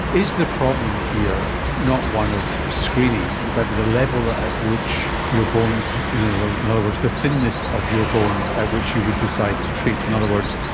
is the problem here not one of screening but the level at which your bones, in other words, the thinness of your bones at which you would decide to treat? in other words,